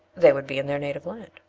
they would be in their native land,